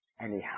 anyhow